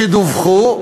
שדווחו.